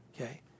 okay